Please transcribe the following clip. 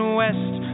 west